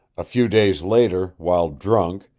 a few days later, while drunk,